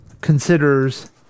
considers